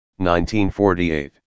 1948